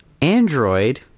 android